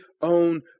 own